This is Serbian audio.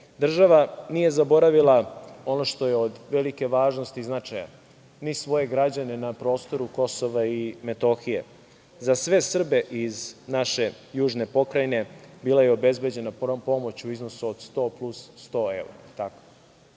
evra. Država nije zaboravila ono što je od velike važnosti i značaja, ni svoje građane na prostoru Kosova i Metohije. Za sve Srbe iz naše južne pokrajine bila je obezbeđena pomoć u iznosu od 100 plus 100 evra.